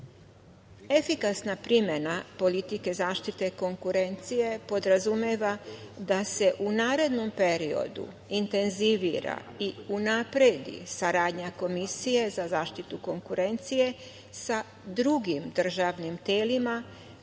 prava. Efikasna primena politike zaštite konkurencije podrazumeva da se u narednom periodu intenzivira i unapredi saradnja Komisije za zaštitu konkurencije sa drugim državnim telima,